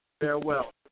Farewell